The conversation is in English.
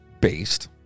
based